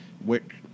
Wick